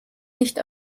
nicht